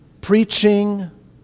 preaching